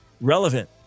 relevant